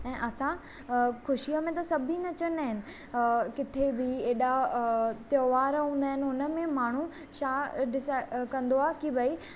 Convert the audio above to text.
ऐं असां ख़ुशीअ में त सभी नचंदा आहिनि किथे बि हेॾा त्योहार हूंदा आहिनि हुननि में माण्हू छा डिसाइड कंदो आहे कि भई